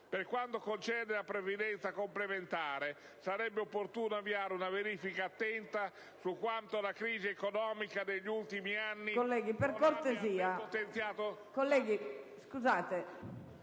Per quanto concerne la previdenza complementare sarebbe opportuno avviare una verifica attenta su quanto la crisi economica degli ultimi anni abbia depotenziato tale strumento